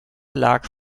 lag